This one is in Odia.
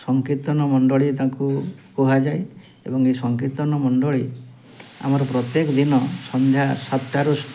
ସଂକୀର୍ତ୍ତନ ମଣ୍ଡଳୀ ତାଙ୍କୁ କୁହାଯାଏ ଏବଂ ଏଇ ସଂକୀର୍ତ୍ତନ ମଣ୍ଡଳୀ ଆମର ପ୍ରତ୍ୟେକ ଦିନ ସନ୍ଧ୍ୟା ସାତଟାରୁ